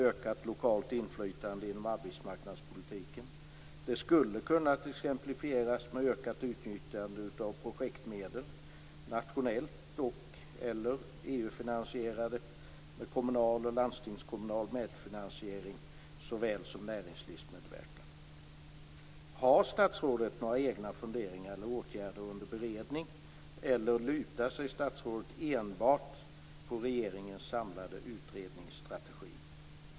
Det skulle ha kunnat exemplifieras med ökat utnyttjande av projektmedel, finansierade nationellt eller genom EU eller både och, med kommunal och landstingskommunal medfinansiering såväl som näringslivsmedverkan. Har statsrådet några egna funderingar eller åtgärder under beredning, eller lutar sig statsrådet enbart mot regeringens samlade utredningsstrategi?